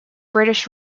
british